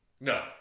No